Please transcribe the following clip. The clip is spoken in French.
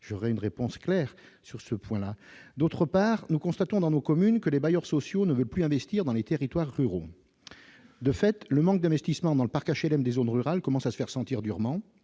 j'aurai une réponse claire sur ce point là, d'autre part, nous constatons dans nos communes que les bailleurs sociaux ne veulent plus investir dans les territoires ruraux, de fait, le manque d'investissement dans le parc HLM des zones rurales, commence à se faire sentir durement,